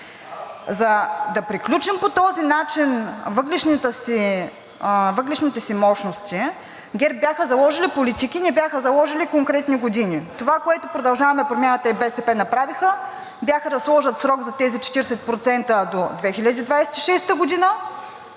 За да приключим по този начин въглищните си мощности, ГЕРБ бяха заложили политики и не бяха заложили конкретни години. Това, което „Продължаваме Промяната“ и БСП направиха, беше да сложат срок за тези 40% до 2026 г.